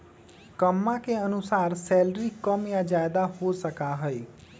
कम्मा के अनुसार सैलरी कम या ज्यादा हो सका हई